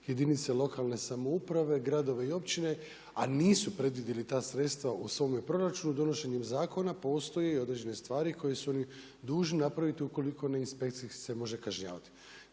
jedinice lokalne samouprave, gradove i općine, a nisu predvidjeli ta sredstva u svome proračunu. Donošenjem zakona postoje određene stvari koje su oni dužni napraviti ukoliko na inspekciji se može kažnjavati.